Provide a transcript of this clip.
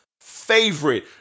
favorite